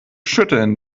schütteln